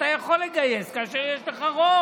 אתה יכול לגייס כאשר יש לך רוב.